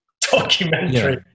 documentary